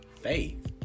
faith